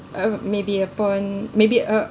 uh maybe upon maybe uh